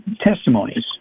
testimonies